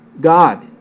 God